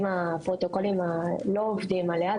הטיפולים והפרוטוקולים לא עובדים עליה,